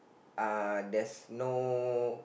uh there's no